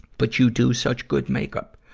but you do such good make-up.